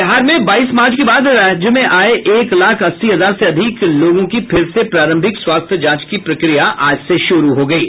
बिहार में बाईस मार्च के बाद राज्य में आये एक लाख अस्सी हजार से अधिक लोगों की फिर से प्रारंभिक स्वास्थ्य जांच की प्रक्रिया आज से शुरु हो गयी है